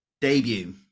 Debut